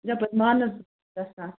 یپٲرۍ مانسبل گَژھان